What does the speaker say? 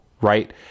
right